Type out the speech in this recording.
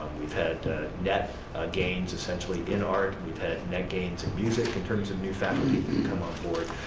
we've had net gains essentially in art, we've had net gains in music in terms of new faculty to come onboard.